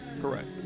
Correct